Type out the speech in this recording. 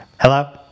Hello